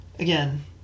Again